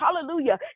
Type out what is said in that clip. Hallelujah